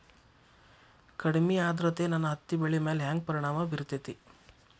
ಕಡಮಿ ಆದ್ರತೆ ನನ್ನ ಹತ್ತಿ ಬೆಳಿ ಮ್ಯಾಲ್ ಹೆಂಗ್ ಪರಿಣಾಮ ಬಿರತೇತಿ?